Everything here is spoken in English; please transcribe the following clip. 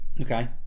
Okay